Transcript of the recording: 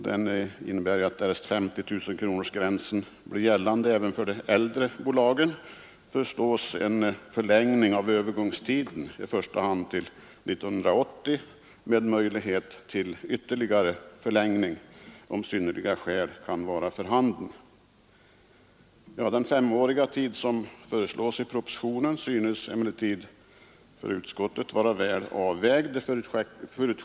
Den går ut på att därest 50 000-kronorsgränsen blir gällande även för de äldre bolagen föreslås en förlängning av övergångstiden, i första hand till 1980 med möjlighet till ytterligare förlängning om synnerliga skäl kan vara för handen. Den femåriga tid som föreslås i propositionen synes emellertid för utskottet vara väl avvägd.